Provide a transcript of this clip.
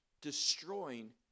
destroying